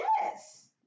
Yes